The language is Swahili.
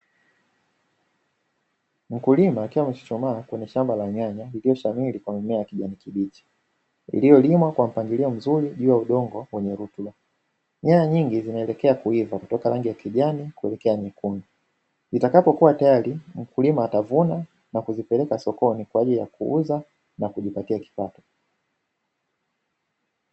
Mkulima akiwa amechuchumaa kwenye shamba la nyanya iliyoshamiri kwa mimea ya kijani kibichi, lililolimwa kwa mpangilio mzuri juu ya udongo wenye rutuba. Nyanya nyingi zinaelekea kuiva kutoka rangi ya kijani kuelekea nyekundu, zitakapokuwa tayari mkulima atavuna na kuzipeleka sokoni kwa ajili ya kuuza na kujipatia kipato.